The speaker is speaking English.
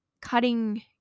cutting